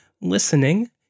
listening